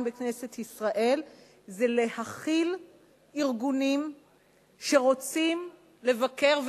בכנסת ישראל זה להכיל ארגונים שרוצים לבקר,